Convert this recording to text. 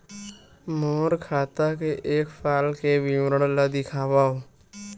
मोर खाता के एक साल के विवरण ल दिखाव?